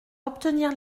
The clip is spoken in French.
obtenir